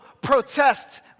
protest